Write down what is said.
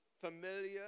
familiar